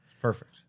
Perfect